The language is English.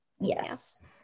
yes